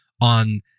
on